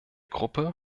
gruppe